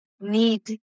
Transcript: need